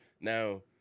now